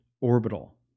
orbital